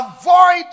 Avoid